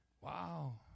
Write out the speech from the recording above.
Wow